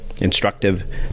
instructive